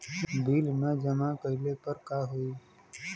Bill न जमा कइले पर का होई?